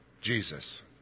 Jesus